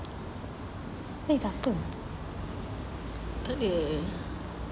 problem